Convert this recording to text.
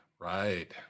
Right